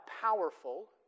powerful